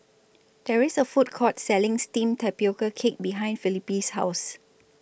There IS A Food Court Selling Steamed Tapioca Cake behind Felipe's House